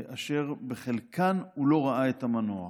אשר בחלקן הוא לא ראה את המנוח.